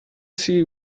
see